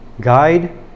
guide